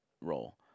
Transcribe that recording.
role